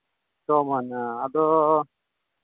ᱪᱷᱚ ᱢᱟᱹᱦᱱᱟᱹ ᱟᱫᱚ